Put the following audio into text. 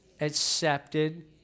accepted